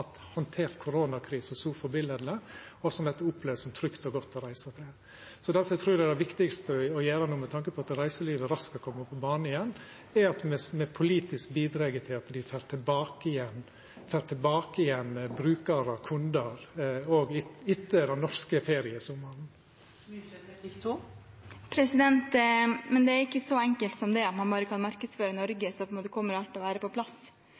trygt og godt å reisa til. Det eg trur er det viktigaste å gjera no med tanke på at reiselivet raskt skal koma på banen igjen, er at me politisk bidreg til at dei får tilbake brukarar og kundar òg etter den norske feriesommaren. Det er ikke så enkelt som det – at man bare kan markedsføre Norge, og så kommer alt til å være på plass,